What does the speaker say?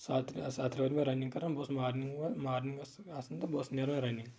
ستھ رٮ۪تھ ستھ رٮ۪تھ وٲتۍ مےٚ رننٛگ کران بہٕ اوسُس مارنِنٛگ منٛز مارنٛگس آسان تہٕ بہٕ اوسُس نیران رننٛگ